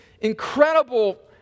incredible